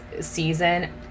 season